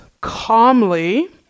calmly